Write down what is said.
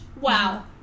wow